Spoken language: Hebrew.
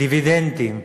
דיבידנדים: